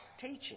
teaching